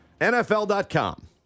NFL.com